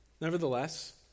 Nevertheless